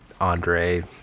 Andre